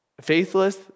Faithless